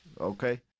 okay